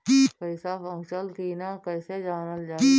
पैसा पहुचल की न कैसे जानल जाइ?